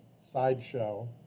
sideshow